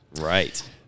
Right